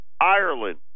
Ireland